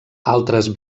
altres